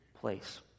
place